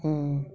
অঁ